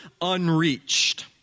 unreached